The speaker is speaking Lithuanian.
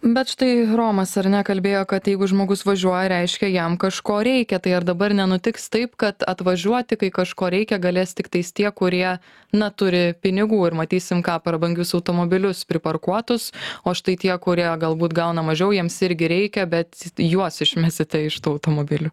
bet štai romas ar ne kalbėjo kad jeigu žmogus važiuoja reiškia jam kažko reikia tai ar dabar nenutiks taip kad atvažiuoti kai kažko reikia galės tiktais tie kurie na turi pinigų ir matysim ką prabangius automobilius pritarkuotus o štai tie kurie galbūt gauna mažiau jiems irgi reikia bet juos išmesite iš tų automobilių